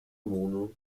муну